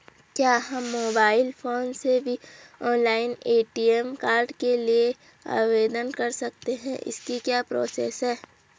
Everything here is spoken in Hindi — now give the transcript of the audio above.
क्या हम मोबाइल फोन से भी ऑनलाइन ए.टी.एम कार्ड के लिए आवेदन कर सकते हैं इसकी क्या प्रोसेस है?